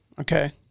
okay